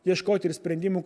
ieškoti ir sprendimų